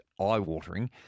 eye-watering